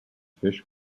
fish